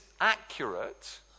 accurate